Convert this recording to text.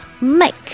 make